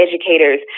educators